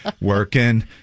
working